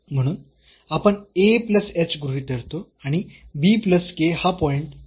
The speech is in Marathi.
म्हणून आपण गृहीत धरतो आणि हा पॉईंट च्या शेजारचा पॉईंट आहे